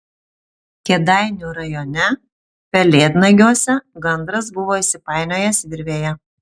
kėdainių rajone pelėdnagiuose gandras buvo įsipainiojęs virvėje